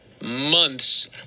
months